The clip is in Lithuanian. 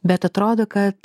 bet atrodo kad